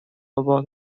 about